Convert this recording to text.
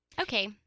Okay